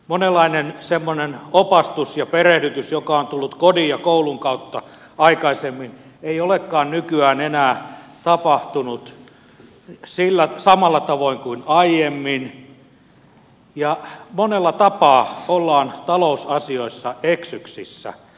monenlainen semmoinen opastus ja perehdytys joka on tullut kodin ja koulun kautta aikaisemmin ei olekaan nykyään enää tapahtunut samalla tavoin kuin aiemmin ja monella tapaa ollaan talousasioissa eksyksissä